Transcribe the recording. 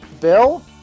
Bill